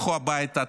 לכו הביתה.